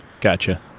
Gotcha